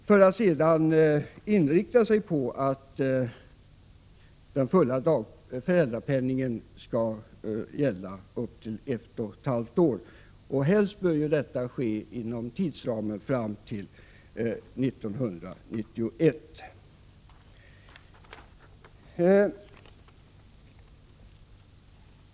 Inriktningen skall sedan vara att den fulla föräldrapenningen gäller upp till ett och ett halvt år. Helst bör detta ske inom en tidsram fram till 1991.